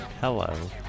Hello